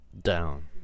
Down